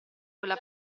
quella